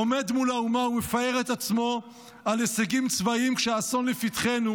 עומד מול האומה ומפאר את עצמו על הישגים צבאיים כשהאסון הוא לפתחנו,